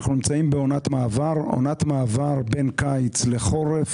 אנחנו נמצאים בעונת מעבר בין קיץ לחורף,